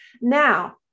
Now